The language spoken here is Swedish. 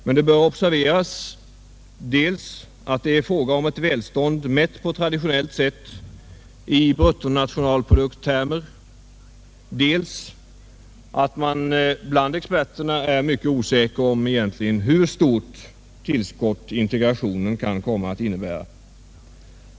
Men det bör observeras, dels att det är fråga om ett välstånd mätt på traditionellt sätt i bruttonationalprodukttermer, dels att man bland experterna egentligen är mycket osäker om hur stort tillskott integrationen kan komma att innebära.